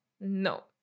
no